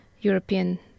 European